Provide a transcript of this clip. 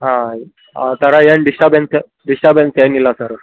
ಹಾಂ ಆ ಥರ ಏನು ಡಿಸ್ಟಬೆನ್ಸ್ ಡಿಸ್ಟಬೆನ್ಸ್ ಏನಿಲ್ಲ ಸರ್